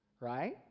right